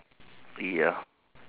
ya